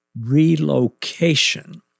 relocation